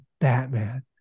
Batman